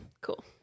Cool